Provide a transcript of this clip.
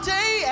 Day